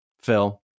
Phil